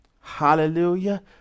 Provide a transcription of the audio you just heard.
Hallelujah